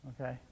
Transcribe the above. Okay